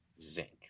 zinc